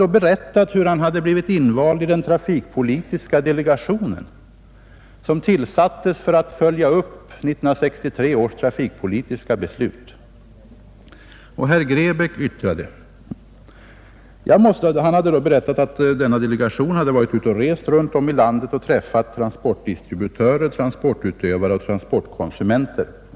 Han berättade hur han hade invalts i den trafikpolitiska delegation som hade tillsatts för att följa upp 1963 års trafikpolitiska beslut och omtalade att denna delegation hade rest i landet och träffat transportdistributörer, transportutövare och transportkonsumenter.